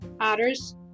others